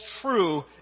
true